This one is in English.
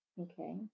okay